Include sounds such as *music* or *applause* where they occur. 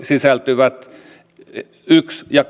sisältyvät lakiehdotukset yksi ja *unintelligible*